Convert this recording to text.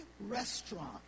restaurant